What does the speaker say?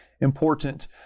important